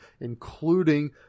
including